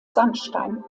sandstein